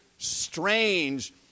strange